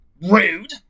rude